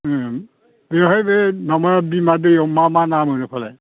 बेवहाय बे माबा बिमा दैआव मा मा ना मोनो फालाय